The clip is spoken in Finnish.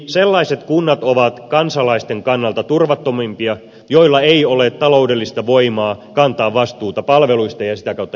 sellaiset kunnat ovat kansalaisten kannalta turvattomimpia joilla ei ole taloudellista voimaa kantaa vastuuta palveluista ja sitä kautta ihmisistä